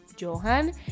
Johan